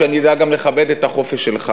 שאני אדע גם לכבד את החופש שלך